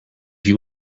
you